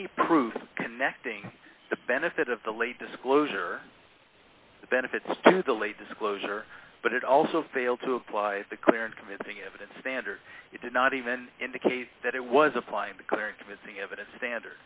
any proof connecting the benefit of the late disclosure the benefits to the late disclosure but it also failed to apply the clear and convincing evidence standard it did not even indicate that it was applying the clear and convincing evidence